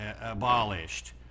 abolished